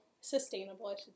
sustainable